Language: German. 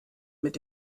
mit